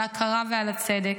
על ההכרה ועל הצדק.